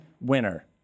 winner